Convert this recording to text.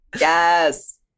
Yes